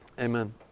Amen